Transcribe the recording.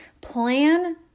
plan